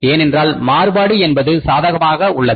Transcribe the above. ஏனென்றால் மாறுபாடு என்பது சாதகமாக உள்ளது